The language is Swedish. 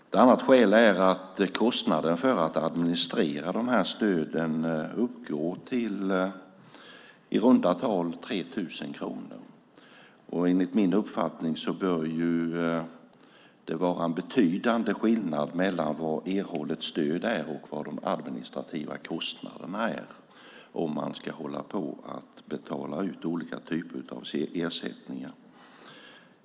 Ett annat skäl är att kostnaden för att administrera stöden uppgår till i runda tal 3 000 kronor. Enligt min uppfattning bör det vara en betydande skillnad mellan erhållet stöd och de administrativa kostnaderna om det ska betalas ut olika typer av ersättningar.